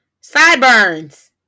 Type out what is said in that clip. Sideburns